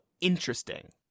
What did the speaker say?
interesting